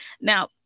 Now